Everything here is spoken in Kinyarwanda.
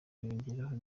yongeraho